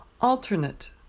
Alternate